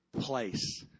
place